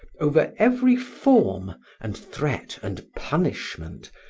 over every form, and threat, and punishment,